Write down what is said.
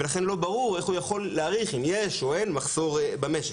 ולכן לא ברור איך הוא יכול להעריך אם יש או אין מחסור במשק.